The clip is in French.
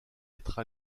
être